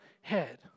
head